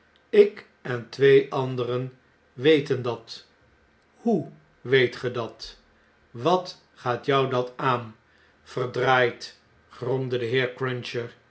ik en twee anderen weten dat hoe weet ge dat wat gaat jou dat aan verdraaid t'gromde de heer cruncher